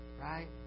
Right